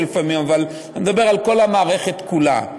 אני מדבר על כל המערכת כולה.